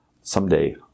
someday